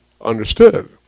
understood